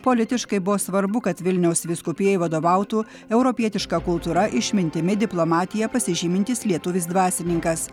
politiškai buvo svarbu kad vilniaus vyskupijai vadovautų europietiška kultūra išmintimi diplomatija pasižymintis lietuvis dvasininkas